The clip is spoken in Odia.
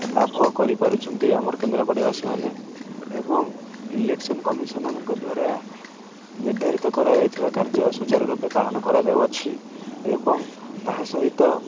ଲାଭ କରିପାରୁଛନ୍ତି ଆମର କେନ୍ଦ୍ରାପଡ଼ାବାସୀମାନେ ଏବଂ ଇଲେକ୍ସନ୍ କମିସନରଙ୍କ ଦ୍ୱାରା ନିର୍ଦ୍ଧାରିତ କରାଯାଇଥିବା କାର୍ଯ୍ୟ ସୁଚାରୁରୂପେ ପାଳନ କରାଯାଉଅଛି ଏବଂ ତାହା ସହିତ